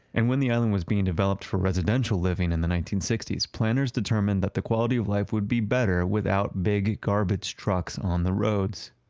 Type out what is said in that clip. and when the island was being developed for residential living in the nineteen sixty s, planners determined that the quality of life would be better without big garbage trucks on the roads.